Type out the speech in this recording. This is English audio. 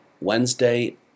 Wednesday